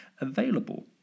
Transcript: available